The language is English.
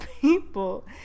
people